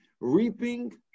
Reaping